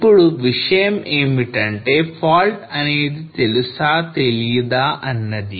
ఇప్పుడు విషయం ఏమిటంటే fault అనేది తెలుసా తెలీదా అన్నది